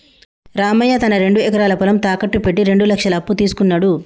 రామయ్య తన రెండు ఎకరాల పొలం తాకట్టు పెట్టి రెండు లక్షల అప్పు తీసుకున్నడు